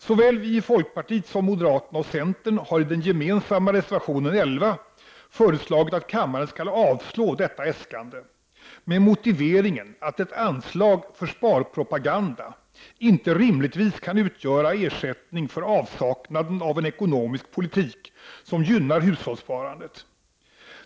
Såväl vi i folkpartiet som moderaterna och centern föreslår i den gemensamma reservationen nr 11 att kammaren skall avslå detta äskande, med motiveringen att ett anslag för sparpropaganda inte rimligtvis kan utgöra ersättning för en ekonomisk politik som skulle gynna hushållssparandet.